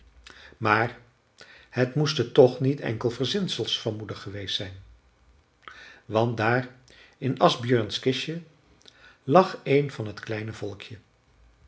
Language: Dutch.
maar het moesten toch niet enkel verzinsels van moeder geweest zijn want daar in asbjörns kistje lag een van t kleine volkje